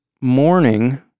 morning